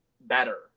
better